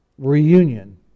Reunion